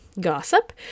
gossip